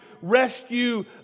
rescue